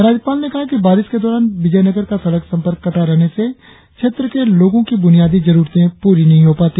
राज्यपाल ने कहा कि बारिश के दौरान विजयनगर का सड़क संपर्क कटा रहने से क्षेत्र के लोगों की बुनियादी जरुरते पूरी नहीं हो पाती